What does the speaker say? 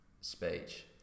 speech